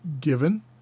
given